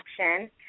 Action